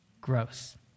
Gross